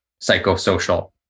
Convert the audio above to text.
psychosocial